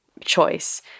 choice